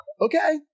Okay